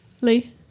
Lee